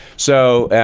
so,